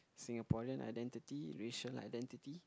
Singaporean identity racial identity